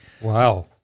Wow